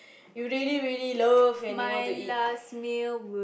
you really really love and you want to eat